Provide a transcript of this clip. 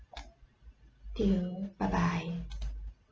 thank you bye bye